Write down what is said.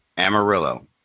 Amarillo